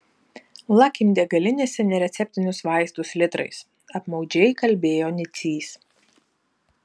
lakim degalinėse nereceptinius vaistus litrais apmaudžiai kalbėjo nicys